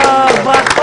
ולא מתוקצבים כראוי,